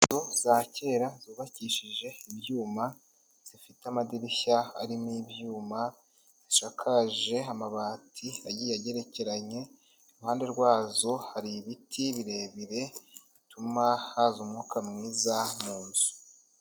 Inzu za kera zubakishije ibyuma, zifite amadirishya arimo ibyuma, bishakaje amabati agiye agerekeranye, iruhande rwazo hari ibiti birebire bituma haza umwuka mwiza mu nzu.